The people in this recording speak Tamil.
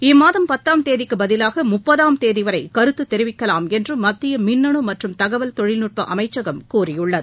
இம்மாதம் பத்தாம் தேதிக்கு பதிலாக முப்பதாம் தேதிவரை கருத்து தெரிவிக்கலாம் என்று மத்திய மின்னு மற்றும் தகவல் தொழில்நுட்ப அமைச்சகம் கூறியுள்ளது